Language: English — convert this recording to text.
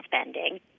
spending